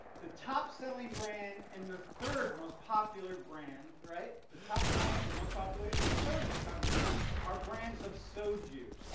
the top-selling brand and the third most popular brand. right? the top brand, the most popular, and third most popular brand are brands of soju